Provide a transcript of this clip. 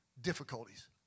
difficulties